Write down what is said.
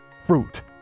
fruit